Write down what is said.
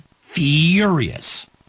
furious